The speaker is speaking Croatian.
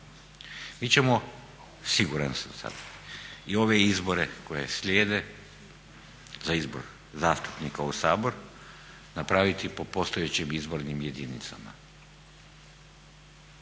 Mi ćemo siguran sam i ove izbore koje slijede za izbor zastupnika u Sabor napraviti po postojećim izbornim jedinicama.